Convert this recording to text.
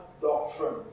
doctrine